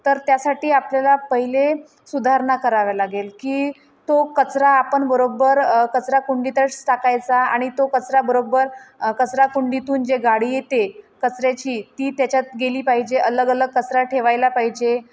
तर त्यासाठी आपल्याला पहिले सुधारणा कराव्या लागेल की तो कचरा आपण बरोब्बर कचराकुंडीतच टाकायचा आणि तो कचरा बरोब्बर कचराकुंडीतून जे गाडी येते कचऱ्याची ती त्याच्यात गेली पाहिजे अलगअलग कचरा ठेवायला पाहिजे